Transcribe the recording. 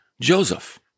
Joseph